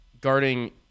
guarding